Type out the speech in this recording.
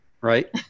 right